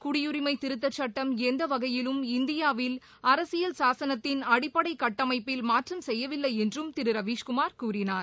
குடியுரிமை திருத்த சுட்டம் எந்த வகையிலும் இந்தியாவில் அரசியல் சாசனத்தின் அடிப்படைக்கட்டமைப்பில் மாற்றம் செய்யவில்லை என்றும் திரு ரவீஸ் குமார் கூறினார்